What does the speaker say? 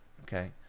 Okay